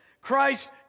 Christ